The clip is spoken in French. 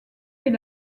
est